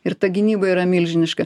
ir ta gynyba yra milžiniška